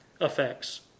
effects